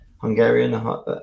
Hungarian